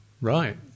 Right